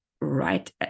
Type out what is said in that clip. right